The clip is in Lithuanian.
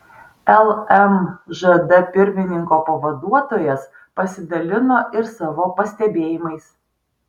lmžd pirmininko pavaduotojas pasidalino ir savo pastebėjimais